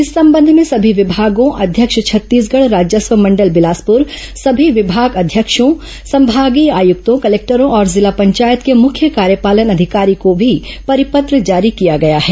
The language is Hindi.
इस संबंध में सभी विमागों अध्यक्ष छत्तीसगढ़ राजस्व मंडल बिलासपुर सभी विभागाध्यक्षों संभागीय आयुक्तों कलेक्टरों और जिला पंचायत के मुख्य कार्यपालन अधिकारी को भी परिपत्र जारी किया गया है